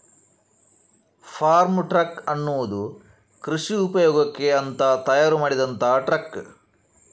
form truck ಅನ್ನುದು ಕೃಷಿ ಉಪಯೋಗಕ್ಕೆ ಅಂತ ತಯಾರು ಮಾಡಿದಂತ ಟ್ರಕ್